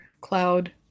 cloud